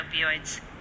opioids